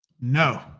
No